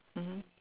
mmhmm